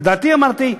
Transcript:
לדעתי, אמרתי,